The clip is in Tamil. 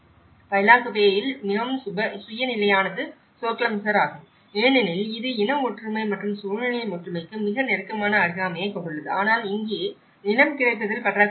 பைலாகுப்பேயில் மிகவும் சுய நிலையானது சோக்லாம்சர் ஆகும் ஏனெனில் இது இன ஒற்றுமை மற்றும் சூழ்நிலை ஒற்றுமைக்கு மிக நெருக்கமான அருகாமையைக் கொண்டுள்ளது ஆனால் இங்கே நிலம் கிடைப்பதில் பற்றாக்குறை உள்ளது